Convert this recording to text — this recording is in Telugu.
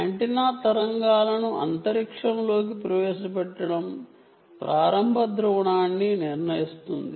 యాంటెన్నా తరంగాలను అంతరిక్షంలోకి ప్రవేశపెట్టడం ప్రారంభ ధ్రువణాన్ని నిర్ణయిస్తుంది